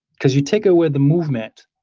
because you take away the movement,